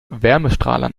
wärmestrahlern